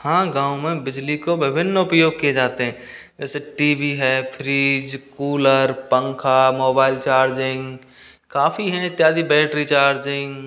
हाँ गाँव में बिजली के विभिन्न उपयोग किए जाते हैं जैसे टी वी है फ्रिज़ कूलर पंखा मोबाइल चार्जिंग काफ़ी हैं इत्यादि बैटरी चार्जिंग